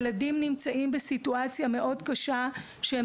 ילדים נמצאים בסיטואציה מאוד קשה שהם